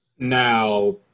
Now